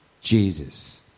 Jesus